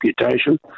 reputation